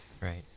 Right